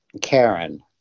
Karen